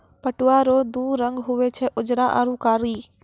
पटुआ रो दू रंग हुवे छै उजरा आरू कारी